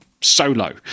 solo